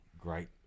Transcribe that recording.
great